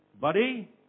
buddy